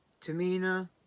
Tamina